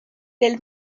del